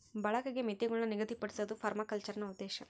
ಬಳಕೆಗೆ ಮಿತಿಗುಳ್ನ ನಿಗದಿಪಡ್ಸೋದು ಪರ್ಮಾಕಲ್ಚರ್ನ ಉದ್ದೇಶ